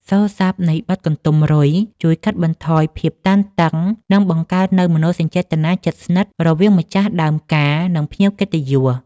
សូរស័ព្ទនៃបទកន្ទុំរុយជួយកាត់បន្ថយភាពតានតឹង និងបង្កើតនូវមនោសញ្ចេតនាជិតស្និទ្ធរវាងម្ចាស់ដើមការ និងភ្ញៀវកិត្តិយស។